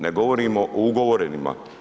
Ne govorimo o ugovorenima.